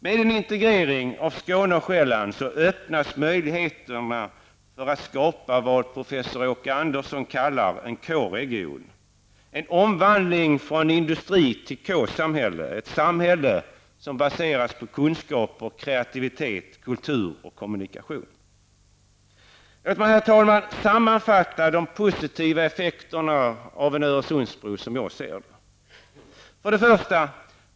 Med en integrering av Skåne och Själland öppnas möjligheterna att skapa vad professor Åke Andersson kallar en K-region, en omvandling från industri till K-samhälle, ett samhälle som baseras på kunskaper, kreativitet, kultur och kommunikation. Låt mig, herr talman, sammanfatta de positiva effekterna av en Öresundsbro. 1.